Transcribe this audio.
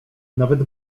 nawet